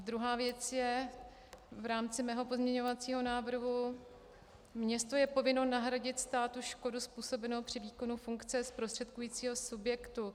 Druhá věc je v rámci mého pozměňovacího návrhu město je povinno nahradit státu škodu způsobenou při výkonu funkce zprostředkujícího subjektu.